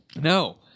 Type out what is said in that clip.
No